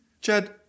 Chad